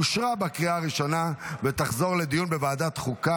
אושרה בקריאה הראשונה ותחזור לדיון בוועדת החוקה